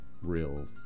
real